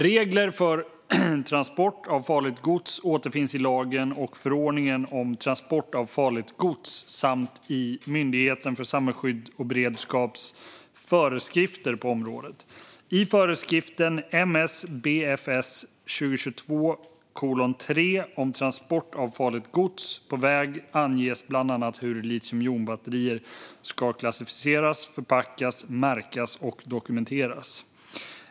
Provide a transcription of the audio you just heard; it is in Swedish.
Regler för transport av farligt gods återfinns i lagen och förordningen om transport av farligt gods samt i Myndigheten för samhällsskydd och beredskaps föreskrifter på området. I föreskriften MSBFS 2022:3 om transport av farligt gods på väg anges bland annat hur litiumjonbatterier ska klassificeras, förpackas, märkas och dokumenteras.